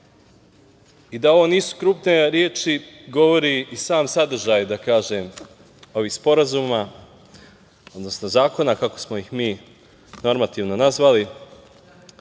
ovo nisu krupne reči govori i sam sadržaj, da kažem, ovih sporazuma, odnosno zakona kako smo ih mi normativno nazvali,